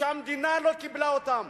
והמדינה לא קיבלה אותם